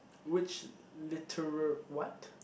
which literal what